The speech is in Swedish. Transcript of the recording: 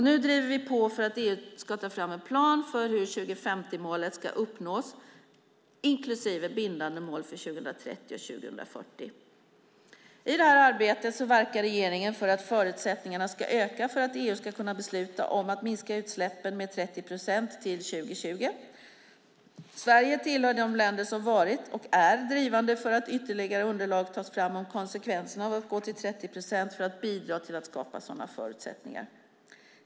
Nu driver vi på för att EU ska ta fram en plan för hur 2050-målet ska uppnås, inklusive bindande mål för 2030 och 2040. I det här arbetet verkar regeringen för att förutsättningarna ska öka för att EU ska kunna besluta om att minska utsläppen med 30 procent till 2020. Sverige tillhör de länder som varit och är drivande för att ytterligare underlag tas fram om konsekvenserna av att gå till 30 procent för att bidra till att skapa sådana förutsättningar.